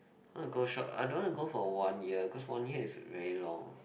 I want to go short I don't want to go for one year cause one year is very long